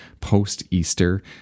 post-Easter